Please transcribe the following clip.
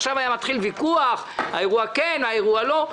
עכשיו היה מתחיל ויכוח: האירוע כן, האירוע לא.